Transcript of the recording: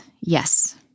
yes